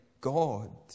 God